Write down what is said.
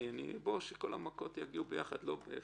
שכל המכות יגיעו ביחד, לא בהפרש,